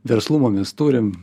verslumo mes turim